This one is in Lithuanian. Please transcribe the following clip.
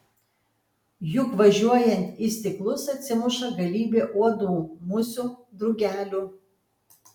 juk važiuojant į stiklus atsimuša galybė uodų musių drugelių